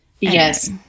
Yes